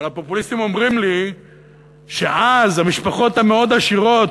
אבל הפופוליסטים אומרים לי שאז המשפחות המאוד-עשירות